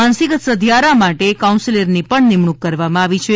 માનસિક સધિયારા માટે કાઉન્સેલરની પણ નિમણૂંક કરવામાં આવી છે